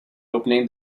opening